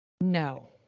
No